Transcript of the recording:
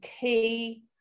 key